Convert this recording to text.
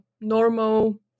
normal